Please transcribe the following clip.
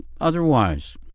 otherwise